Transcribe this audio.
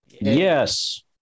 Yes